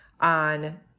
on